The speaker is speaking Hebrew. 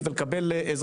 הם עומדים בחוק